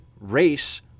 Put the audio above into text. race